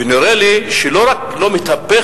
ונראה לי שלא רק שהיא לא מתהפכת,